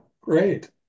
great